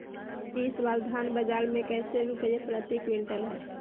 इस बार धान बाजार मे कैसे रुपए प्रति क्विंटल है?